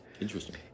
Interesting